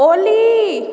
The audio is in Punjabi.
ਓਲੀ